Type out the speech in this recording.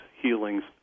healings